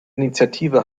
initiative